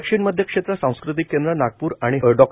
दक्षिण मध्य क्षेत्र सांस्कृतिक केंद्र नागपूर आणि डॉ